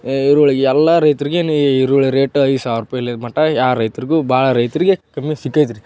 ಈರುಳ್ಳಿಗೆ ಎಲ್ಲ ರೈತರಿಗೆ ಏನು ಈರುಳ್ಳಿ ರೇಟ್ ಐದು ಸಾವಿರ ರೂಪಾಯಿ ಮಟ ಯಾ ರೈತ್ರಿಗೂ ಭಾಳ ರೈತರಿಗೆ ಕಮ್ಮಿ ಸಿಕೈತ್ರಿ